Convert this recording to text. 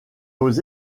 aux